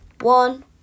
one